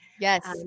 Yes